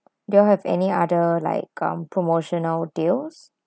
do you all have any other like um promotional deals